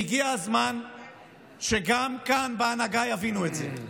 והגיע הזמן שגם כאן בהנהגה יבינו את זה.